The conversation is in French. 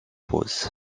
pause